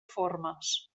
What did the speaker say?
formes